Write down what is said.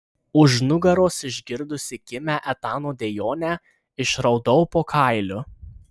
už nugaros išgirdusi kimią etano dejonę išraudau po kailiu